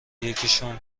یکیشون